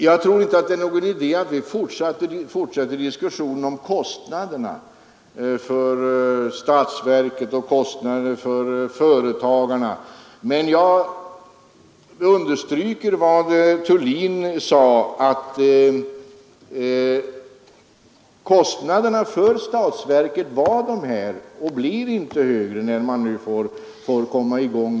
Jag tror inte att det är någon idé att vi fortsätter diskussionen om kostnaderna för statsverket och kostnaderna för företagarna, men jag vill understryka vad direktör Thulin sade om kostnaderna för statsverket: att de var så och så stora och att de inte blir högre när man kommer i gång.